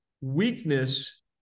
Weakness